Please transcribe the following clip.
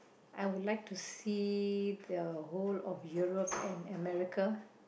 I would like to see the whole of Europe and America